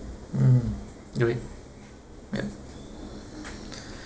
mm do it yup